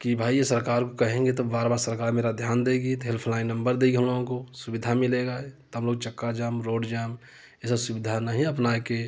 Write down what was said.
कि भाई ये सरकार को कहेंगे तो बार बार सरकार मेरा ध्यान देगी तो हेल्पलाइन नंबर देगी हम लोगों को सुविधा मिलेगा तो हम लोग चक्का जाम रोड जाम ये सब सुविधा नहीं अपना कर